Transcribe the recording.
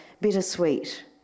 bittersweet